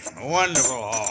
Wonderful